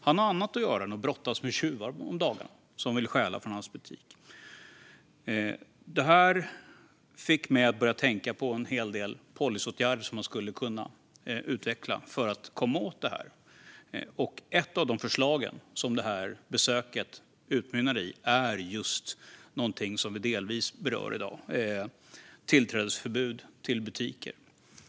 Per har annat att göra om dagarna än att brottas med tjuvar som vill stjäla från hans butik. Detta fick mig att tänka på en hel del policyåtgärder som man skulle kunna utveckla för att komma åt det här. Ett av de förslag som detta besök utmynnade i är någonting som vi delvis berör i dag: tillträdesförbud till butiker.